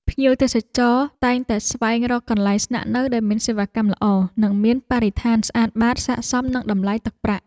ភ្ញៀវទេសចរតែងតែស្វែងរកកន្លែងស្នាក់នៅដែលមានសេវាកម្មល្អ និងមានបរិស្ថានស្អាតបាតសក្តិសមនឹងតម្លៃទឹកប្រាក់។